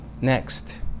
next